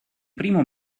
primo